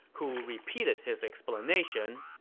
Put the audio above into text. who repeated his explanation.